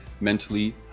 mentally